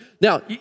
Now